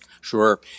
Sure